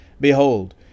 Behold